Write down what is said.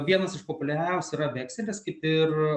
vienas iš populiariausių yra vekselis kaip ir